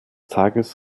tages